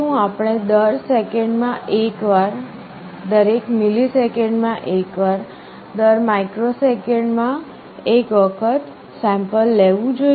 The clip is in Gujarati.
શું આપણે દર સેકન્ડમાં એકવાર દરેક મિલિસેકન્ડમાં એકવાર દર માઇક્રોસેકન્ડમાં એક વખત સેમ્પલ લેવું જોઈએ